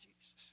Jesus